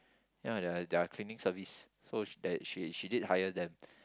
ya there are there are cleaning service so that she did she did hire them